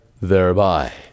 thereby